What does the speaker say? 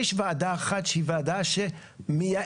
יש ועדה אחת שהיא ועדה שמייעצת,